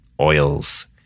oils